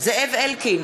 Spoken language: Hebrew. זאב אלקין,